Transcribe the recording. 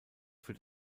für